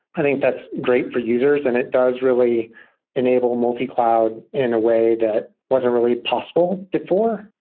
i think that's great for users and it does really enable multi-cloud in a way that wasn't really possible before,